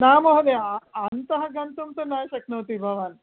न महोदय अन्तः गन्तुं तु न शक्नोति भवान्